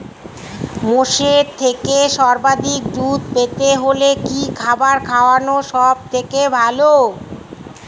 মোষের থেকে সর্বাধিক দুধ পেতে হলে কি খাবার খাওয়ানো সবথেকে ভালো?